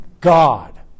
God